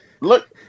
Look